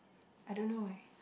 I don't know eh